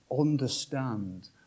understand